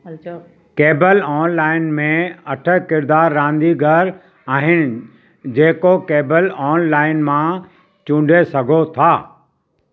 cable online में अठ किरदार रांदीगर आहिनि जेको कैबल ऑनलाइन मां चूंडे सघो था